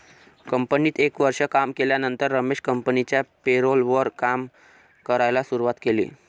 कंपनीत एक वर्ष काम केल्यानंतर रमेश कंपनिच्या पेरोल वर काम करायला शुरुवात केले